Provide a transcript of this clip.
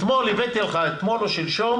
אתמול או שלשום